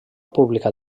pública